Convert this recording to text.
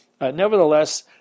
nevertheless